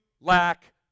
lack